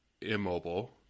immobile